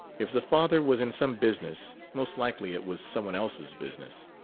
if the father was in some business, most likely it was some one else's business.